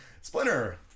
Splinter